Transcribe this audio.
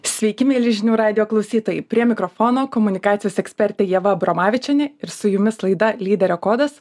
sveiki mieli žinių radijo klausytojai prie mikrofono komunikacijos ekspertė ieva abramavičienė ir su jumis laida lyderio kodas